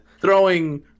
Throwing